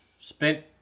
Spent